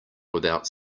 without